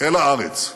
אל הארץ,